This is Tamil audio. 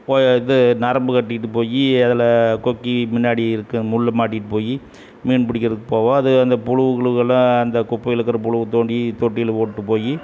போய் இது நரம்பு கட்டிக்கிட்டு போய் அதில் கொக்கி முன்னாடி இருக்கற முள் மாட்டிகிட்டு போய் மீன் பிடிக்கிறதுக்கு போவோம் அது அந்த புழுகு கிழுகெல்லாம் அந்த குப்பையில் இருக்கிற புழுவ தோண்டி தொட்டியில் போட்டு போய்